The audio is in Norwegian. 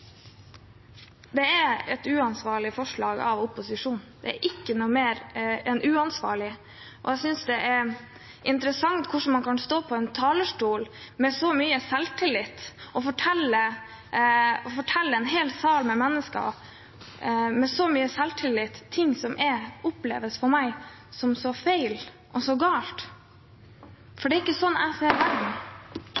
Det er et uansvarlig forslag opposisjonen har, det er ikke annet enn uansvarlig. Og jeg synes det er interessant at man kan stå på en talerstol med så mye selvtillit og fortelle en hel sal med mennesker ting som for meg oppleves som så feil og så galt, for